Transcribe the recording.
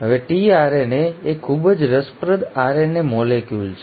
હવે tRNA એ ખૂબ જ રસપ્રદ RNA મોલેક્યુલ છે